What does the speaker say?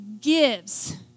gives